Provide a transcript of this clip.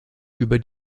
über